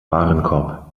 warenkorb